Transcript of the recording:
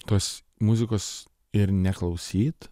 tos muzikos ir neklausyt